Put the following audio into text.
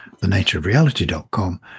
thenatureofreality.com